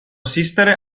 assistere